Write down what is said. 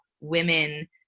women